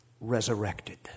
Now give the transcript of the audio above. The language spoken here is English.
resurrected